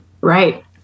Right